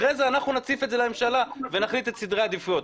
אחר כך אנחנו נציף את זה לממשלה ונחליט על סדרי עדיפויות,